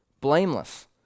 blameless